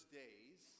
days